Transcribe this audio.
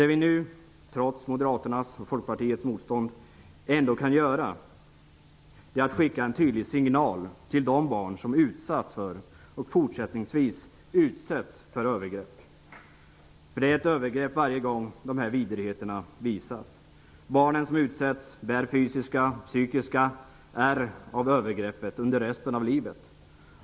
Det vi nu, trots moderaternas och folkpartisternas motstånd, ändå kan göra är att skicka en tydlig signal till de barn som utsatts för, och fortsättningsvis utsätts, för övergrepp. Det är ett övergrepp varje gång de här vidrigheterna visas. Barnen som utsätts bär fysiska och psykiska ärr av övergreppet under resten av livet.